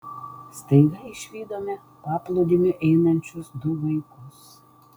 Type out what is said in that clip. staiga išvydome paplūdimiu einančius du vaikus